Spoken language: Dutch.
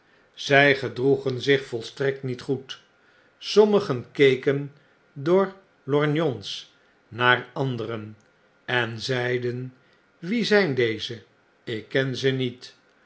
zy gedroegen zich volstrekt niet goed sommigen tceken door lorgnons naar anderen en zeiden wie zijn deze ik ken ze niet